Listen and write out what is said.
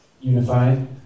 unified